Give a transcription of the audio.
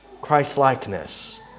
Christlikeness